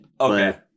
Okay